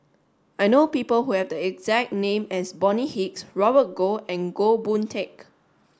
I know people who have the exact name as Bonny Hicks Robert Goh and Goh Boon Teck